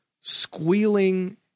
squealing